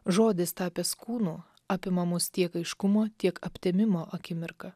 žodis tapęs kūnu apima mus tiek aiškumo tiek aptemimo akimirką